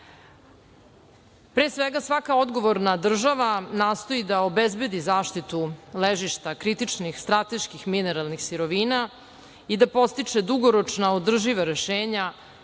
svega, svaka odgovorna država nastoji da obezbedi zaštitu ležišta kritičnih, strateških mineralnih sirovina i da podstiče dugoročna održiva rešenja